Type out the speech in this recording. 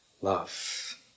love